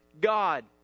God